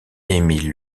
émile